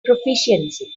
proficiency